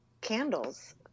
candles